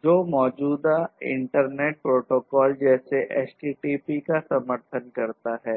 जो मौजूदा internet protocol जैसे http का समर्थन करता है